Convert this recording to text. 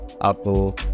apple